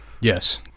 Yes